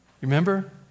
remember